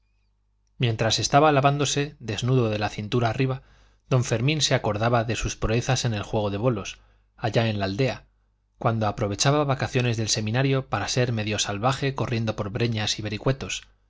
mientras estaba lavándose desnudo de la cintura arriba don fermín se acordaba de sus proezas en el juego de bolos allá en la aldea cuando aprovechaba vacaciones del seminario para ser medio salvaje corriendo por breñas y vericuetos